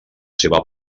seva